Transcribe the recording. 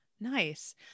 Nice